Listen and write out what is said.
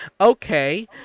okay